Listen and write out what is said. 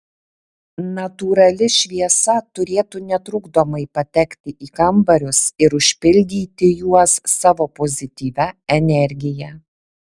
natūrali šviesa turėtų netrukdomai patekti į kambarius ir užpildyti juos savo pozityvia energija